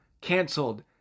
canceled